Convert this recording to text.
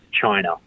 China